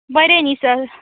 बरें निसर